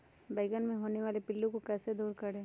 बैंगन मे होने वाले पिल्लू को कैसे दूर करें?